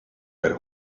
per